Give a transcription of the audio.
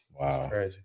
Wow